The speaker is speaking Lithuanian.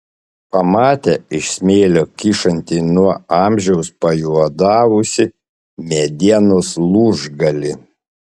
pamatė iš smėlio kyšantį nuo amžiaus pajuodavusį medienos lūžgalį